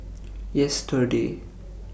yesterday